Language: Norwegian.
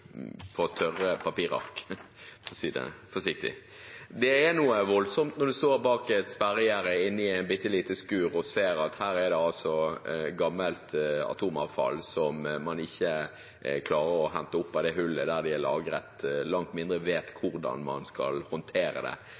det forsiktig. Det er noe voldsomt når du står bak et sperregjerde inne i et bitte lite skur og ser at her er det gammelt atomavfall som man ikke klarer å hente opp av det hullet der det er lagret – og langt mindre vet man hvordan man skal håndtere det